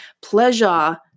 Pleasure